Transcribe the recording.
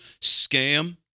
scam